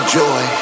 joy